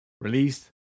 released